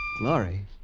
Glory